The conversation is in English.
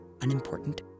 unimportant